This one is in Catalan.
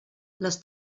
les